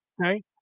okay